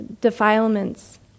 defilements